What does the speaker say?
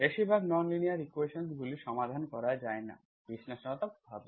বেশিরভাগ non linear equations গুলো সমাধান করা যায় না বিশ্লেষণাত্মকভাবে